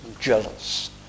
jealous